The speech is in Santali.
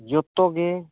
ᱡᱚᱛᱚ ᱜᱮ